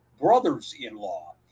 brothers-in-law